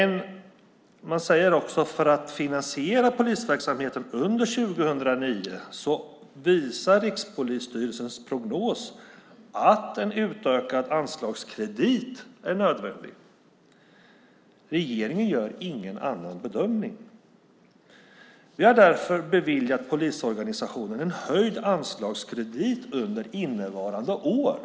Dock säger man också: "För att finansiera polisverksamheten under 2009 visar Rikspolisstyrelsens prognos att en utökad anslagskredit är nödvändig. Regeringen gör ingen annan bedömning. Vi har därför beviljat polisorganisationen en höjd anslagskredit under innevarande år."